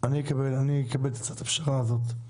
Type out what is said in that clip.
אני אקבל את הצעת הפשרה הזאת.